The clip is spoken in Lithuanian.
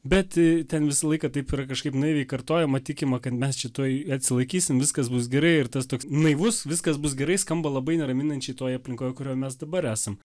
bet ten visą laiką taip yra kažkaip naiviai kartojama tikima kad mes čia tuoj atsilaikysim viskas bus gerai ir tas toks naivus viskas bus gerai skamba labai neraminančiai toj aplinkoj kurioj mes dabar esam